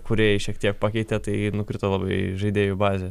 kūrėjai šiek tiek pakeitė tai nukrito labai žaidėjų bazė